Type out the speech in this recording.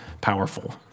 powerful